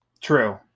True